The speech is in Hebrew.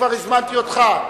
כבר הזמנתי אותך.